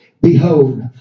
Behold